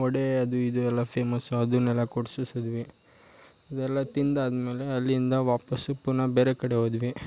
ವಡೆ ಅದು ಇದು ಎಲ್ಲ ಫೇಮಸ್ಸು ಅದನ್ನೆಲ್ಲ ಕೊಡಿಸಿಸಿದ್ವಿ ಅದೆಲ್ಲ ತಿಂದಾದಮೇಲೆ ಅಲ್ಲಿಂದ ವಾಪಸ್ ಪುನಃ ಬೇರೆ ಕಡೆ ಹೋದ್ವಿ